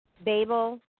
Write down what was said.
Babel